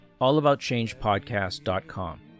allaboutchangepodcast.com